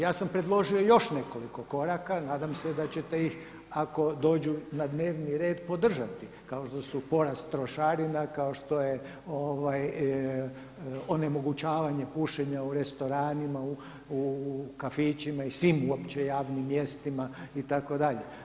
Ja sam predložio još nekoliko koraka, nadam se da ćete ih ako dođu na dnevni red podržati kao što su porast trošarina, kao što je onemogućavanje pušenja u restoranima, u kafićima i svim uopće javnim mjestima itd.